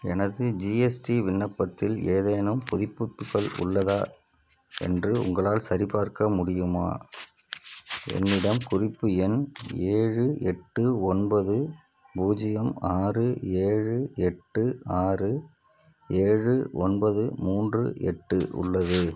எனது ஜிஎஸ்டி விண்ணப்பத்தில் ஏதேனும் புதுப்பிப்புகள் உள்ளதா என்று உங்களால் சரிபார்க்க முடியுமா என்னிடம் குறிப்பு எண் ஏழு எட்டு ஒன்பது பூஜ்ஜியம் ஆறு ஏழு எட்டு ஆறு ஏழு ஒன்பது மூன்று எட்டு உள்ளது